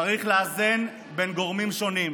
צריך לאזן בין גורמים שונים,